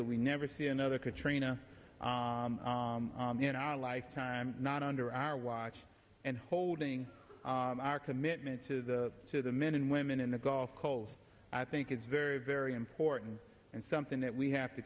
that we never see another katrina in our lifetime not under our watch and holding our commitment to the to the men and women in the gulf coast i think it's very very important and something that we have to